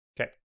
Okay